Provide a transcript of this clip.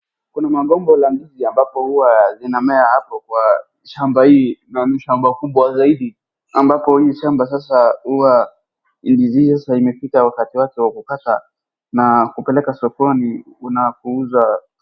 Kuna magomba la ndizi ambapo huwa zinamea hapo kwa shamba hii, na ni shamba kubwa zaidi ambako hii shamba sasa huwa ili, sasa imefika wakati wake wa kukata na kupeleka sokoni unapouza.